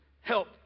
help